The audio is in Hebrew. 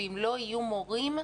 ואם לא יהיו מורים,